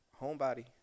homebody